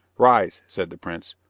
rise, said the prince,